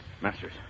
Masters